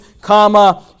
comma